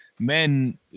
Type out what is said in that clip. men